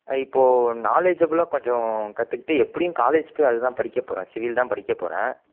ஆ இப்போ நாலேஜபுலாக கொஞ்சம் கற்றுக்கிட்டு எப்படியும் காலேஜுக்கு அதுதான் படிக்கப் போகிறேன் சிவில் தான் படிக்க போகிறேன்